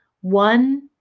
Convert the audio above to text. One